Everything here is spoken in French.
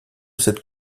cette